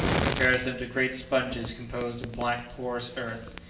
compares them to great sponges composed of black porous earth,